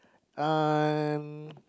uh and